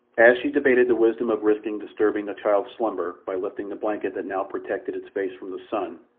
as she debated the wisdom of risking disturbing the child's slumber by lifting the blanket that now protected its face from the sun,